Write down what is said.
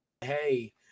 hey